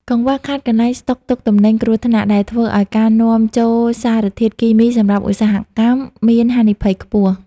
កង្វះខាត "កន្លែងស្តុកទុកទំនិញគ្រោះថ្នាក់" ដែលធ្វើឱ្យការនាំចូលសារធាតុគីមីសម្រាប់ឧស្សាហកម្មមានហានិភ័យខ្ពស់។